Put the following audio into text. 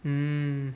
mm